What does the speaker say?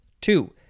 Two